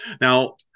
Now